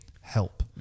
help